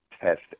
test